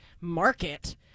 market